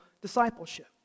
discipleship